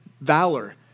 valor